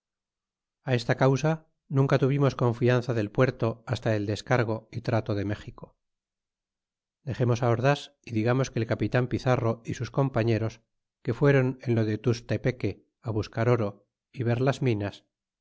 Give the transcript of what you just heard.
esta causa nunca tuvimos confianza del puerto para el descargo y trato de méxico dexemos al ordas y digamos del capitan pizarro y sus compañeros que fueron en lo de tustepeque á buscar oro y ver las minas